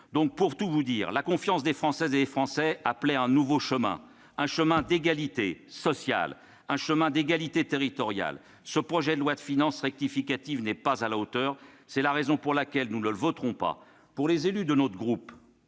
la solidité financière. La confiance des Françaises et des Français appelait un nouveau chemin d'égalité sociale et territoriale. Ce projet de loi de finances rectificative n'est pas à la hauteur. C'est la raison pour laquelle nous ne le voterons pas. Pour les élus du groupe